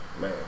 man